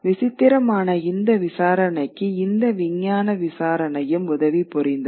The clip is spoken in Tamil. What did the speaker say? விசித்திரமான இந்த விசாரணைக்கு இந்த விஞ்ஞான விசாரணையும் உதவி புரிந்தது